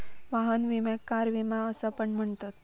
वाहन विम्याक कार विमा असा पण म्हणतत